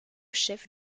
chef